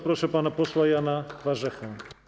Proszę pana posła Jana Warzechę.